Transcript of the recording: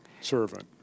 servant